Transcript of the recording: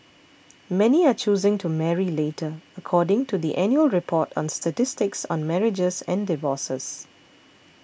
many are choosing to marry later according to the annual report on statistics on marriages and divorces